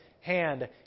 hand